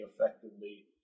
effectively